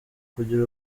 kugira